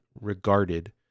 regarded